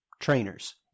trainers